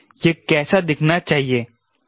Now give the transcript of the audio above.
यह कैसा दिखना चाहिए